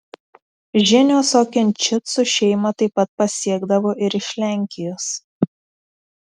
žinios okinčicų šeimą taip pat pasiekdavo ir iš lenkijos